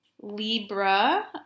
Libra